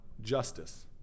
justice